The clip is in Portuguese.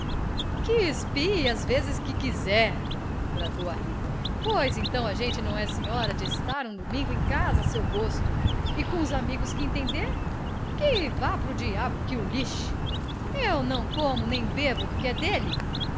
que espie as vezes que quiser bradou a rita pois então a gente não é senhora de estar um domingo em casa a seu gosto e com os amigos que entender que vá pro diabo que o lixe eu não como nem bebo do que é dele